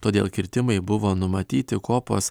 todėl kirtimai buvo numatyti kopos